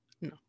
no